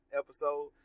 episode